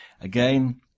Again